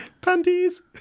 panties